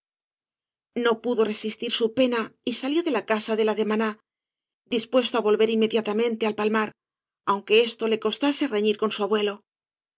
no pudo resistir su pena y salió de la casa de la demaná dispuesto á volver inmediatamente al palmar aunque esto le costase reñir con su abuelo